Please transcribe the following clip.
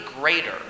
greater